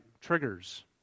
Triggers